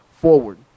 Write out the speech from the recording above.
forward